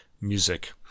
music